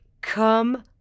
come